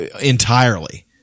entirely